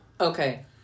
okay